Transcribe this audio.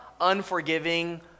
unforgiving